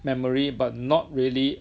memory but not really